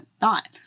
thought